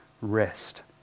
rest